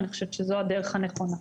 אני חושבת שזו הדרך הנכונה.